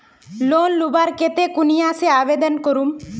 Loan लुबार केते कुनियाँ से आवेदन करूम?